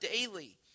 daily